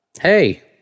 Hey